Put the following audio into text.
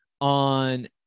on